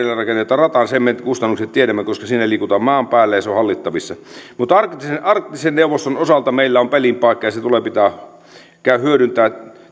rata sen kustannukset tiedämme koska siinä liikutaan maan päällä ja se on hallittavissa arktisen neuvoston osalta meillä on pelin paikka ja se tulee hyödyntää